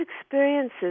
experiences